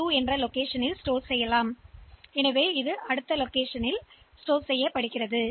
எனவே இது மதிப்பு இருப்பிடம் 2 இல் சேமிக்கப்படும் அதனால் அது அங்கு சேமிக்கப்படும்